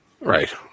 Right